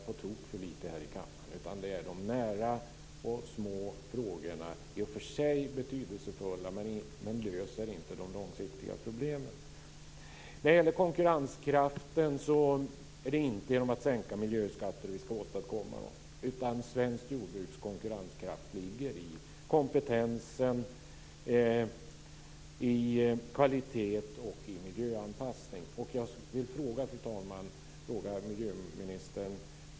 Här handlar det mera om de nära och små frågorna som i och för sig är betydelsefulla, men de löser inte de långsiktiga problemen. När det gäller konkurrenskraften är det inte genom sänkta miljöskatter som vi ska åstadkomma den, utan svenskt jordbruks konkurrenskraft består av kompetens, kvalitet och miljöanpassning. Jag vill ställa en fråga, fru talman, till miljöministern.